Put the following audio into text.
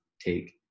take